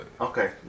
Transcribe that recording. Okay